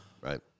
right